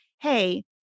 Hey